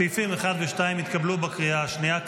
סעיפים 1 ו-2 כנוסח הוועדה, התקבלו בקריאה השנייה.